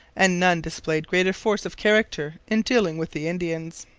and none displayed greater force of character in dealing with the indians.